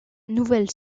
nouvelle